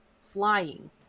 flying